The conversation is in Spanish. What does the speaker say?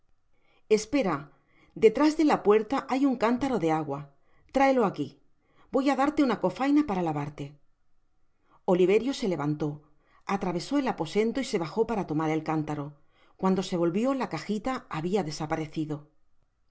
espera detras de la puerta hay un cantaro de agua traelo aqui voy á darte una cofaina para lavarte oliverio se levantó atravesó el aposento y se bajo para tomar el cantaro cuando se volvió la cajita habia desaparecido